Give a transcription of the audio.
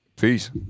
Peace